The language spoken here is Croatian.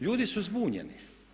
Ljudi su zbunjeni.